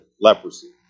leprosy